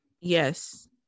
yes